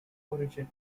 origin